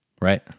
Right